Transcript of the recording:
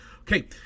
Okay